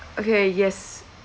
okay yes